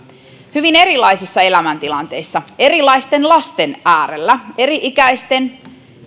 hyvin erilaisissa elämäntilanteissa erilaisten lasten äärellä eri ikäisten ja